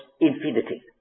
infinity